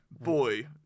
boy